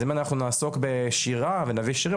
אז אם אנחנו נעסוק בשירה ונביא שירים,